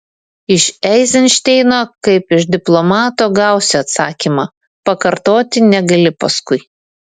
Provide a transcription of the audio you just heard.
iš eizenšteino kaip iš diplomato gausi atsakymą pakartoti negali paskui